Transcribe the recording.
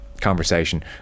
conversation